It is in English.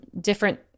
different